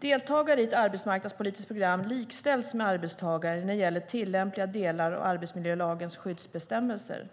Deltagare i ett arbetsmarknadspolitiskt program likställs med arbetstagare när det gäller tillämpliga delar av arbetsmiljölagens skyddsbestämmelser.